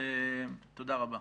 תודה רבה.